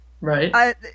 Right